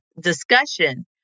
discussion